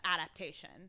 adaptation